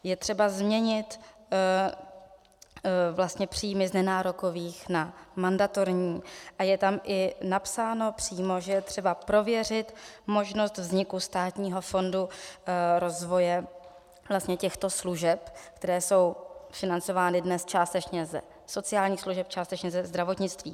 Je třeba změnit vlastně příjmy z nenárokových na mandatorní a je tam i napsáno přímo, že je třeba prověřit možnost vzniku státního fondu rozvoje těchto služeb, které jsou financovány dnes částečně ze sociálních služeb, částečně ze zdravotnictví.